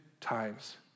times